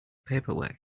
paperwork